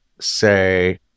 say